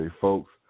Folks